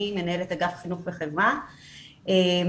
מנהלת אגף חינוך וחברה בלשכה המרכזית לסטטיסטיקה.